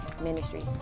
Ministries